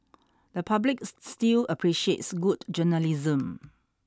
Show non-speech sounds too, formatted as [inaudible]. the public [noise] still appreciates good journalism